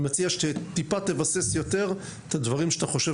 אני מציע שטיפה תבסס יותר את הדברים שאתה חושב